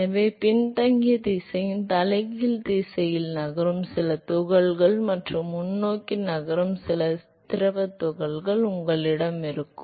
எனவே பின்தங்கிய திசையின் தலைகீழ் திசையில் நகரும் சில துகள்கள் மற்றும் முன்னோக்கி நகரும் சில திரவத் துகள்கள் உங்களிடம் இருக்கும்